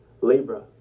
Libra